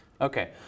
Okay